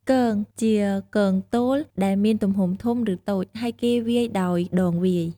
គង ជាគងទោលដែលមានទំហំធំ ឬតូច ហើយគេវាយដោយដងវាយ។